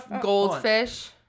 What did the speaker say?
goldfish